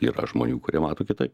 yra žmonių kurie mato kitaip